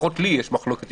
לפחות לי יש מחלוקת,